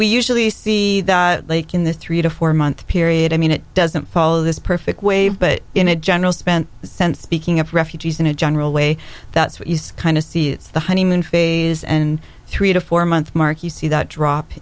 we usually see that lake in the three to four month period i mean it doesn't follow this perfect wave but in a general spent sense speaking of refugees in a general way that's kind of the honeymoon phase and three to four month mark you see that drop